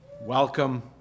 Welcome